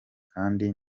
kandi